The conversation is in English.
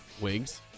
Wigs